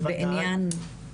בוודאי,